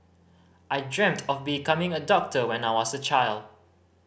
I dreamt of becoming a doctor when I was a child